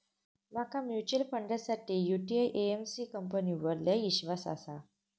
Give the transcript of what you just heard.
माका म्यूचुअल फंडासाठी यूटीआई एएमसी कंपनीवर लय ईश्वास आसा